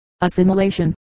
assimilation